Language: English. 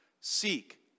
Seek